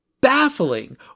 baffling